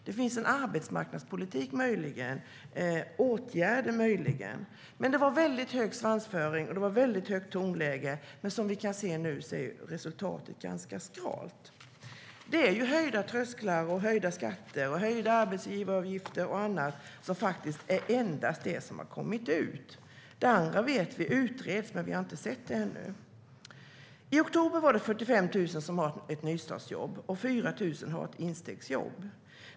Det finns möjligen en arbetsmarknadspolitik och åtgärder. Det var väldigt hög svansföring och väldigt högt tonläge. Men vi kan nu se att resultatet är ganska skralt. Höjda trösklar, höjda skatter, höjda arbetsgivaravgifter och annat är endast det som har kommit ut. Det andra vet vi utreds, men vi har inte sett det ännu. I oktober var 45 000 som hade ett nystartsjobb, och 4 000 hade ett instegsjobb.